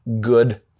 good